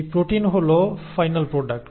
এই প্রোটিন হল final product